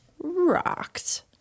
rocked